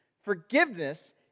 Forgiveness